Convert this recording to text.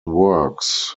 works